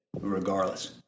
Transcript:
regardless